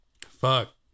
fuck